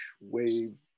wave